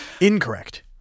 Incorrect